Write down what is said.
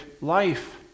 life